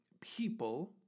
people